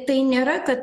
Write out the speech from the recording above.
tai nėra kad